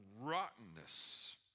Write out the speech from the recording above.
rottenness